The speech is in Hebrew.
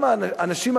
גם אנשים,